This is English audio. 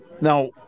Now